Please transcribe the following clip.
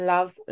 Love